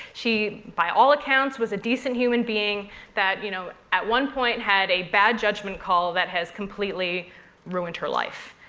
she by all accounts was a decent human being that you know at one point had a bad judgment call that has completely ruined her life.